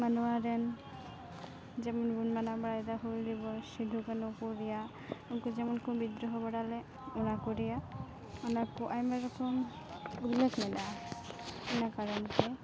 ᱢᱟᱱᱣᱟ ᱨᱮᱱ ᱡᱮᱢᱚᱱ ᱵᱚᱱ ᱢᱮᱱᱟ ᱵᱟᱲᱟᱭ ᱫᱚ ᱦᱩᱞ ᱫᱤᱵᱚᱥ ᱥᱤᱫᱩ ᱠᱟᱹᱱᱦᱩ ᱠᱚ ᱨᱮᱭᱟᱜ ᱩᱱᱠᱩ ᱡᱮᱢᱚᱱ ᱠᱚ ᱵᱤᱫᱽᱫᱨᱚᱦᱚ ᱵᱟᱲᱟ ᱞᱮᱫ ᱚᱱᱟ ᱠᱚ ᱨᱮᱭᱟᱜ ᱚᱱᱟ ᱠᱚ ᱟᱭᱢᱟ ᱨᱚᱠᱚᱢ ᱩᱞᱞᱮᱠᱷ ᱢᱮᱱᱟᱜᱼᱟ ᱤᱱᱟᱹ ᱠᱟᱨᱚᱱ ᱛᱮ